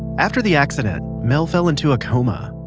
after the accident, mel fell into a coma,